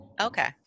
Okay